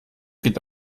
geht